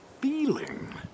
feeling